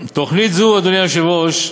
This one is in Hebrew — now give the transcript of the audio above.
תוכנית זו, אדוני היושב-ראש,